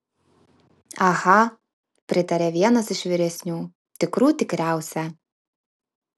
aha pritarė vienas iš vyresnių tikrų tikriausia